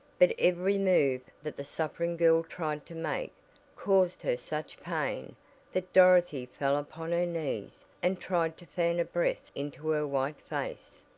but every move that the suffering girl tried to make caused her such pain that dorothy fell upon her knees and tried to fan a breath into her white face,